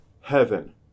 heaven